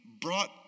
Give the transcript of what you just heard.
brought